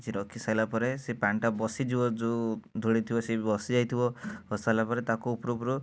କିଛି ରଖି ସାଇଲା ପରେ ସେ ପାଣିଟା ବସିଯିବ ଯେଉଁ ଧୂଳି ଥିବ ସେ ବି ବସିଯାଇଥିବ ବସି ସାଇଲା ପରେ ତାକୁ ଉପରୁ ଉପରୁ